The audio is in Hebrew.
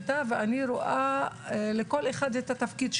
ואני רואה שלכל אחד יש תפקיד.